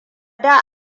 da